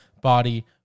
body